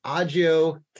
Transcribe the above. Agio